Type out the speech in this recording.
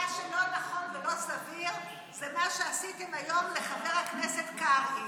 מה שלא נכון ולא סביר זה מה שעשיתם היום לחבר הכנסת קרעי.